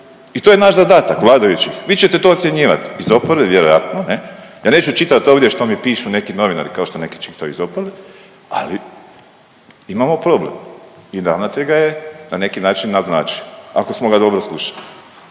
I to je naš zadatak vladajućih. Vi ćete to ocjenjivati iz oporbe vjerojatno, ne. Ja neću čitati ovdje što mi pišu neki novinari kao što neki čitaju iz oporbe, ali imamo problem. I ravnatelj ga je na neki način naznačio ako smo ga dobro slušali.